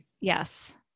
Yes